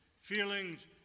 feelings